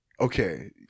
okay